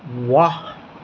واہ